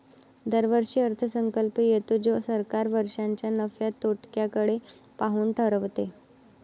दरवर्षी अर्थसंकल्प येतो जो सरकार वर्षाच्या नफ्या तोट्याकडे पाहून ठरवते